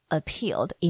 appealed